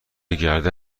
گرده